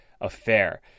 affair